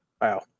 Wow